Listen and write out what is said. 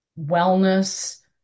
wellness